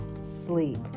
sleep